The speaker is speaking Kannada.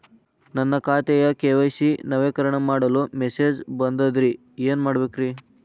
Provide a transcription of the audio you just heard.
ನನ್ನ ಖಾತೆಯ ಕೆ.ವೈ.ಸಿ ನವೇಕರಣ ಮಾಡಲು ಮೆಸೇಜ್ ಬಂದದ್ರಿ ಏನ್ ಮಾಡ್ಬೇಕ್ರಿ?